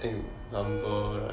in number like